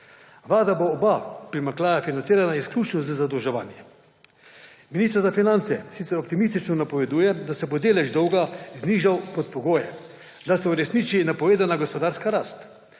Vlada bo oba primanjkljaja financirala izključno z zadolževanjem. Minister za finance sicer optimistično napoveduje, da se bo delež dolga znižal pod pogojem, da se uresniči napovedana gospodarska rast,